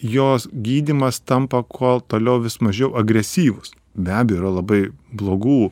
jos gydymas tampa kuo toliau vis mažiau agresyvus be abejo yra labai blogų